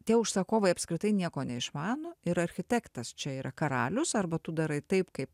tie užsakovai apskritai nieko neišmano ir architektas čia yra karalius arba tu darai taip kaip